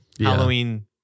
Halloween